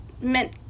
meant